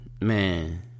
man